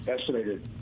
estimated